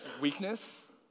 weakness